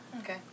Okay